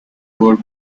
toward